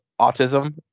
autism